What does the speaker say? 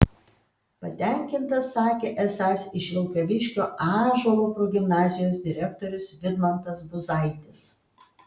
patenkintas sakė esąs ir vilkaviškio ąžuolo progimnazijos direktorius vidmantas buzaitis